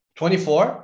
24